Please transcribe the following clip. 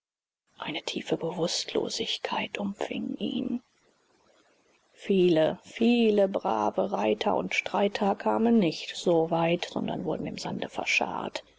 eine tiefe bewußtlosigkeit umfing ihn viele viele brave reiter und streiter kamen nicht so weit sondern wurden im sande verscharrt